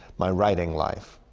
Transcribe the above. my writing life.